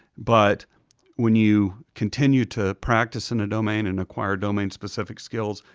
but when you continue to practice in a domain and acquire domain-specific skills,